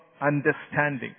understanding